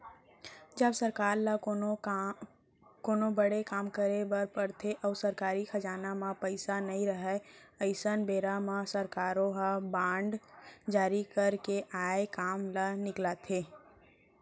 जब सरकार ल कोनो बड़े काम करे बर परथे अउ सरकारी खजाना म पइसा नइ रहय अइसन बेरा म सरकारो ह बांड जारी करके आए काम ल निकालथे